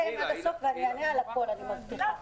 דקה, אני מבטיחה שאענה על הכול בסוף.